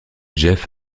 jeff